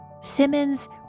Simmons